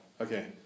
Okay